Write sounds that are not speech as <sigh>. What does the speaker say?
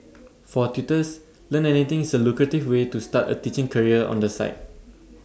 <noise> for tutors Learn Anything is A lucrative way to start A teaching career on the side